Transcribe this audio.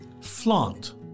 Flaunt